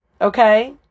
okay